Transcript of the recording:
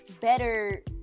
better